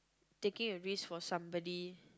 taking a risk for somebody